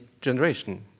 generation